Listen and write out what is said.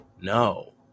no